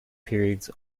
periods